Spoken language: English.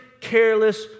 careless